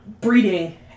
breeding